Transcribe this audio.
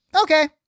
okay